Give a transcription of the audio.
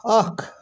اکھ